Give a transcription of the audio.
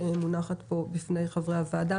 מונחת פה בפני חברי הוועדה.